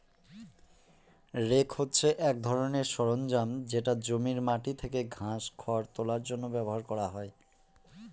rake হছে এক ধরনের সরঞ্জাম যেটা জমির মাটি থেকে ঘাস, খড় তোলার জন্য ব্যবহার করা হয়